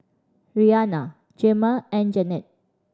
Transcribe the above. Rhianna Gemma and Jeannette